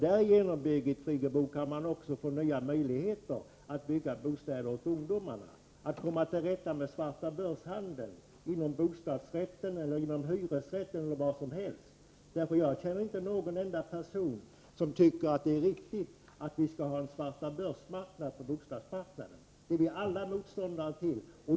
Därigenom, Birgit Friggebo, kan man också få nya möjligheter att bygga bostäder åt ungdomarna och att komma till rätta med svartabörshandeln med både hyresrätter och bostadsrätter. Jag känner inte någon enda person som tycker att det är riktigt att vi skall ha en svartabörsmarknad med bostäder. Det är vi alla motståndare till.